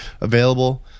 available